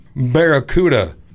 Barracuda